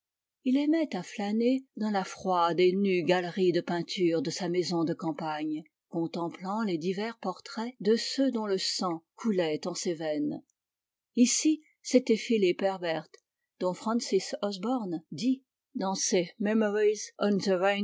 il aimait à flâner dans la froide et nue galerie de peinture de sa maison de campagne contemplant les divers portraits de ceux dont le sang coulait en ses veines ici était philip herbert dont francis osborne dit dans